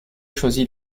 choisi